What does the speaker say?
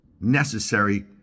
necessary